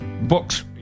books